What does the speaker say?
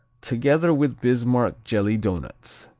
together with bismarck jelly doughnuts,